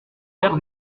ère